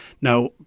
Now